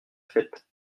fête